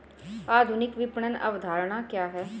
आधुनिक विपणन अवधारणा क्या है?